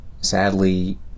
Sadly